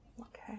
okay